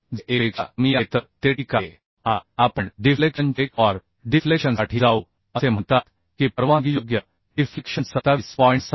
जे 1 पेक्षा कमी आहे तर ते ठीक आहे आता आपण डिफ्लेक्शन चेक फॉर डिफ्लेक्शनसाठी जाऊ असे म्हणतात की परवानगीयोग्य डिफ्लेक्शन 27